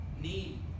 need